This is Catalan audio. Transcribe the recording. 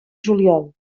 juliol